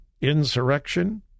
insurrection